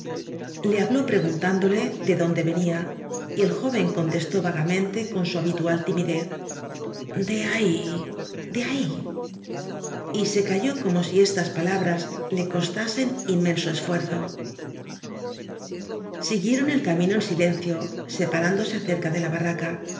le habló preguntándole de donde venía y el joven contestó vagamente con su habitual timidez de ahí de ahí y se calló como si estas palabras le costasen inmenso esfuerzo siguieron el camino en silencio separán dose cerca de la barraca